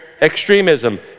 extremism